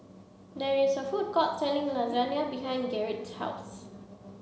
there is a food court selling Lasagna behind Gerrit's house